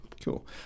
cool